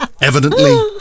Evidently